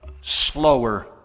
slower